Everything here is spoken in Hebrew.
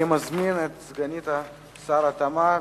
אני מזמין את סגנית שר התמ"ת,